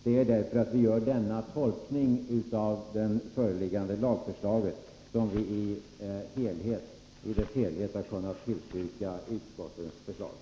Eftersom vi gör denna tolkning av det föreliggande lagförslaget har vi kunnat tillstyrka utskottets förslag i dess helhet.